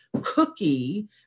cookie